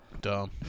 Dumb